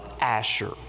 Asher